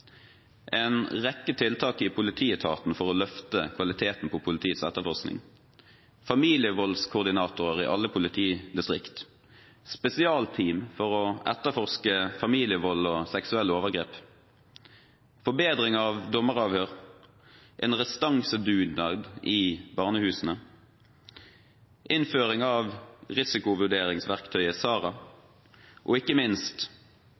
en rekke tiltak i politietaten for å løfte kvaliteten på politiets etterforskning, familievoldskoordinatorer i alle politidistrikt, spesialteam for å etterforske familievold og seksuelle overgrep, forbedring av dommeravhør, en restansedugnad i barnehusene, innføring av risikovurderingsverktøyet SARA og ikke minst